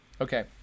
Okay